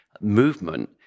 movement